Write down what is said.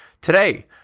Today